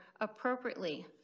appropriately